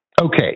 Okay